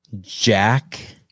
Jack